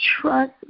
Trust